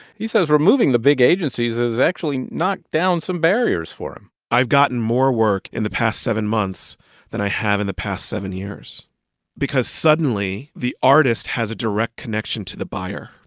he says removing the big agencies has actually knocked down some barriers for him i've gotten more work in the past seven months than i have in the past seven years because suddenly, the artist has a direct connection to the buyer.